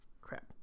Crap